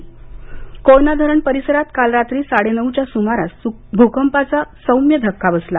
भूकंप कोयना धरण परिसरात काल रात्री साडे नऊच्या सुमारास भूकंपाचा सौम्य धक्का बसला